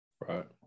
Right